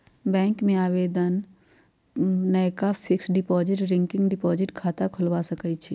bank में आवेदन द्वारा नयका फिक्स्ड डिपॉजिट, रिकरिंग डिपॉजिट खता खोलबा सकइ छी